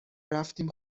رفتیم